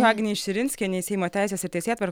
agnei širinskienei seimo teisės ir teisėtvar